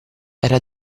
era